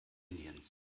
indiens